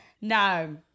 No